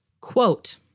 quote